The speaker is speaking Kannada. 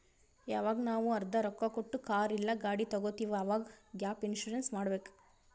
ಯವಾಗ್ ನಾವ್ ಅರ್ಧಾ ರೊಕ್ಕಾ ಕೊಟ್ಟು ಕಾರ್ ಇಲ್ಲಾ ಗಾಡಿ ತಗೊತ್ತಿವ್ ಅವಾಗ್ ಗ್ಯಾಪ್ ಇನ್ಸೂರೆನ್ಸ್ ಮಾಡಬೇಕ್